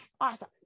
awesome